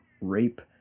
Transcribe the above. rape